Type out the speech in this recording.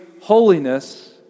holiness